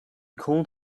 called